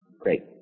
Great